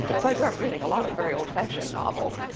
so i grew up reading a lot of very old-fashioned novels.